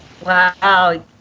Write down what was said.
Wow